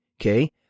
okay